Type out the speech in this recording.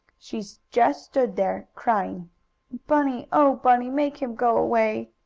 she just stood there, crying bunny! oh, bunny! make him go away.